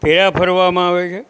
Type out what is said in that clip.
ફેરા ફરવામાં આવે છે